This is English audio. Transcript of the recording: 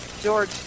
George